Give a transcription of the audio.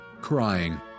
crying